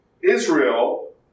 Israel